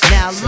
Now